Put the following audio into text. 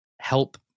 help